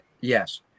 Yes